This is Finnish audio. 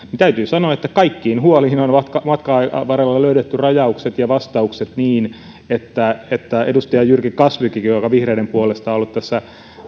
täytyy sanoa että kaikkiin huoliin on matkan varrella löydetty rajaukset ja vastaukset niin että että edustaja jyrki kasvikin joka vihreiden puolesta on ollut tässä